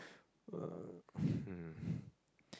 uh hmm